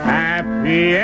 happy